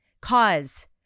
cause